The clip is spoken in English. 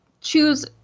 choose